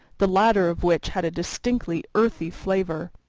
the latter of which had a distinctly earthy flavour.